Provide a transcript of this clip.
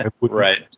right